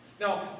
Now